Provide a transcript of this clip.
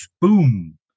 boom